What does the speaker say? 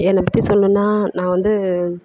என்னைப் பற்றி சொல்லணுன்னா நான் வந்து